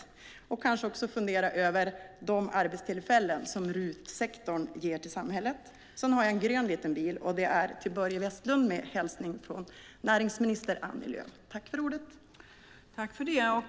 Han kan kanske också fundera över de arbetstillfällen som RUT-sektorn ger till samhället. Sedan har jag en grön liten bil. Det är till Börje Vestlund med en hälsning från näringsminister Annie Lööf.